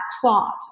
plot